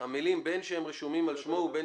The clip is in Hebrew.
המילים "בין שהם רשומים על שמו ובין